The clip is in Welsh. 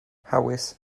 hawys